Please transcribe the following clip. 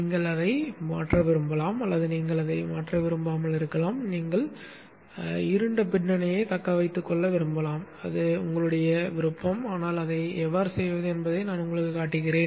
நீங்கள் அதை மாற்ற விரும்பலாம் அல்லது நீங்கள் அதை மாற்ற விரும்பாமல் இருக்கலாம் நீங்கள் இருண்ட பின்னணியைத் தக்க வைத்துக் கொள்ள விரும்பலாம் அது உங்களுடையது ஆனால் அதைச் செய்வது எப்படி என்பதை நான் உங்களுக்குக் காட்டுகிறேன்